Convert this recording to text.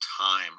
time